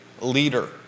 leader